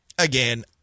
Again